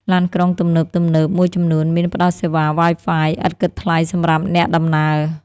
ឡានក្រុងទំនើបៗមួយចំនួនមានផ្តល់សេវា Wi-Fi ឥតគិតថ្លៃសម្រាប់អ្នកដំណើរ។